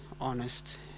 honest